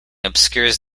obscures